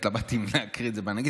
התלבטתי אם להקריא את זה באנגלית,